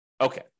Okay